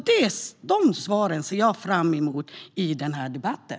De svaren ser jag fram emot i den här debatten.